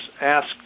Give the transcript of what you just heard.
asked